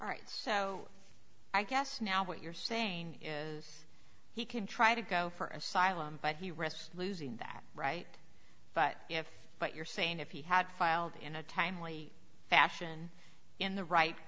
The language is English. all right so i guess now what you're saying is he can try to go for asylum but he rests losing that right but if what you're saying if he had filed in a timely fashion in the right